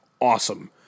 awesome